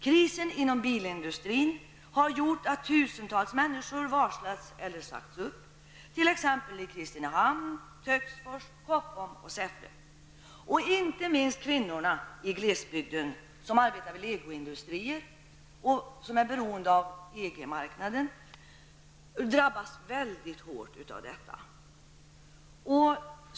Krisen inom bilindustrin har gjort att tusentals människor varslats eller sagts upp, t.ex. i Kristinehamn, Töcksfors, Koppom och Säffle. Inte minst kvinnorna i glesbygden, som arbetar vid legoindustrier som är beroende av EG-marknaden, har drabbats mycket hårt.